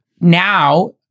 Now